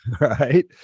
right